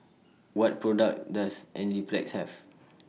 What products Does Enzyplex Have